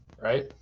right